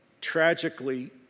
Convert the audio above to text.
tragically